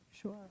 Sure